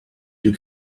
you